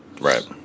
right